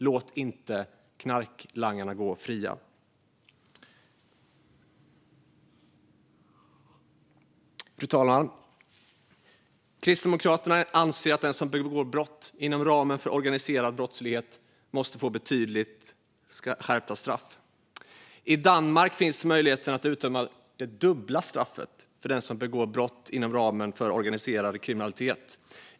Låt inte knarklangarna gå fria! Fru talman! Kristdemokraterna anser att den som begår brott inom ramen för organiserad brottslighet måste få betydligt skärpta straff. I Danmark finns möjligheten att utdöma dubbla straff för den som begår brott inom ramen för organiserad brottslighet.